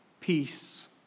peace